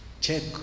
check